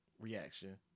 Reaction